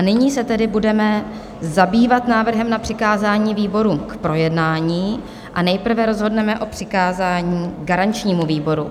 Nyní se tedy budeme zabývat návrhem na přikázání výborům k projednání a nejprve rozhodneme o přikázání garančnímu výboru.